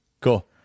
Cool